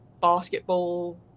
basketball